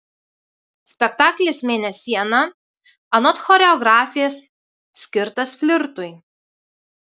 spektaklis mėnesiena anot choreografės skirtas flirtui